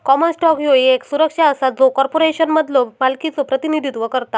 common stock ह्यो येक सुरक्षा असा जो कॉर्पोरेशनमधलो मालकीचो प्रतिनिधित्व करता